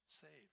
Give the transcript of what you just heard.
saved